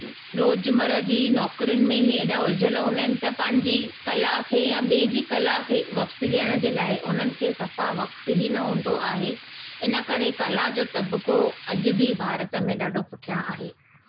रोजमर्रा जी नौकिरियुनि में ई हेॾा उलझियल हूंदा आहिनि त पंहिंजी कला खे या ॿिए जी कला खे वक़्तु ॾियण जे लाइ उन्हनि खे सफ़ा वक़्तु ई न हूंदो आहे इन करे कला जो तबक़ो अॼु बि भारत में ॾाढो पुठियां आहे